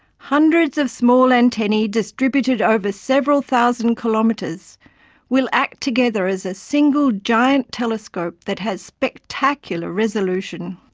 hundreds of small antennae distributed over several thousand kilometres will act together as a single giant telescope that has spectacular resolution.